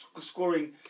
scoring